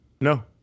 no